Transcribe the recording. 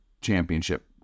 championship